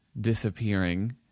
disappearing